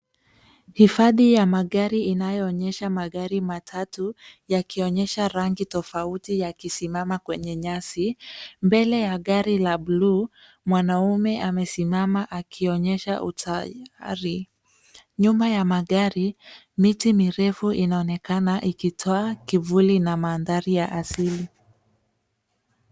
Hifadhi ya amgari inayoonyesha magari matatu yakionyesha rangi tofauti yakisimama kwenye nyasi. Mbele ya gari la buluu mwanaume amesimama akionyesha utayari. Nyuma ya magari miti mirefu inaonekana ikitoa kivuli na mandhari ya asili.